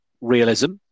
realism